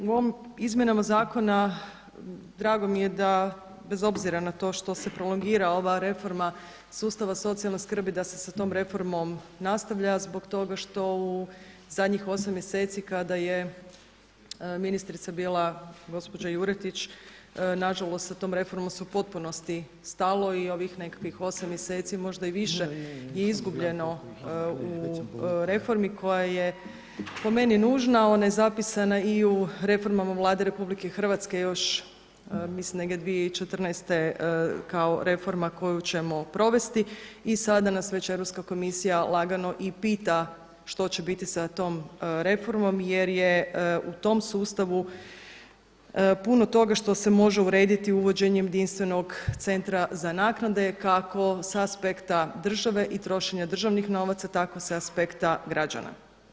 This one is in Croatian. U ovim izmjenama zakona drago mi je da bez obzira na to što se prolongira ova reforma sustava socijalne skrbi da se sa tom reformom nastavlja zbog toga što u zadnjih 8 mjeseci kada je ministrica bila gospođa Juretić, nažalost sa tom reformom se u potpunosti stalo i ovih nekakvih 8 mjeseci, možda i više je izgubljeno u reformi koja je po meni nužna, … i u reformama Vlade RH još mislim negdje 2014. kao reforma koju ćemo provesti i sada nas već Europska komisija lagano i pita što će biti sa tom reformom jer je u tom sustavu puno toga što se može urediti uvođenjem jedinstvenog centra za naknade kako sa aspekta države i trošenja državnih novaca, tako sa aspekta građana.